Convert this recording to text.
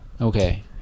Okay